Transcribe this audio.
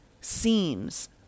seems